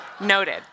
Noted